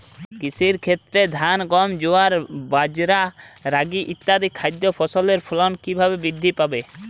কৃষির ক্ষেত্রে ধান গম জোয়ার বাজরা রাগি ইত্যাদি খাদ্য ফসলের ফলন কীভাবে বৃদ্ধি পাবে?